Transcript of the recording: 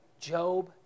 Job